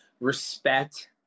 respect